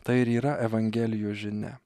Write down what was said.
tai ir yra evangelijos žinia